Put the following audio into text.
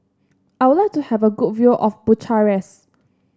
I would like to have a good view of Bucharest